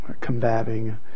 combating